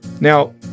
now